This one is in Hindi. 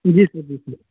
जी सर जी सर